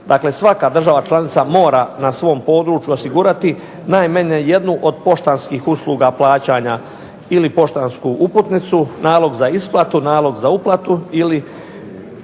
Dakle, svaka država članica mora na svom području osigurati najmanje jednu od poštanskih usluga plaćanja ili poštansku uputnicu, nalog za isplatu, nalog za uplatu ili